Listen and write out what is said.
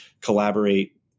collaborate